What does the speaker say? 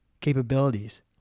capabilities